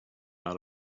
out